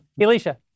Alicia